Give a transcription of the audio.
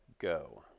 go